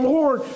Lord